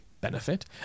benefit